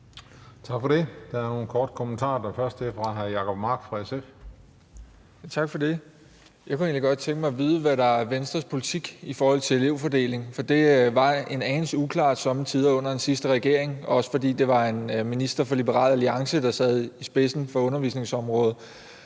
Tak for det. Der er nogle korte bemærkninger. Den første er fra hr. Jacob Mark, SF. Kl. 11:13 Jacob Mark (SF): Tak for det. Jeg kunne egentlig godt tænke mig at vide, hvad der er Venstres politik i forhold til elevfordeling, for det var somme tider en anelse uklart under den forrige regering, også fordi det var en minister fra Liberal Alliance, der stod i spidsen for undervisningsområdet.